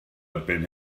erbyn